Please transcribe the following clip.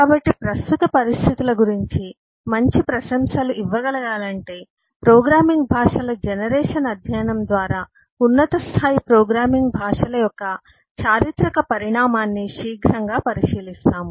కాబట్టి ప్రస్తుత పరిస్థితుల గురించి మంచి ప్రశంసలు ఇవ్వగలగాలంటే ప్రోగ్రామింగ్ భాషల జనరేషన్ అధ్యయనం ద్వారా ఉన్నత స్థాయి ప్రోగ్రామింగ్ భాషల యొక్క చారిత్రక పరిణామాన్ని శీఘ్రంగా పరిశీలిస్తాము